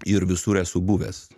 ir visur esu buvęs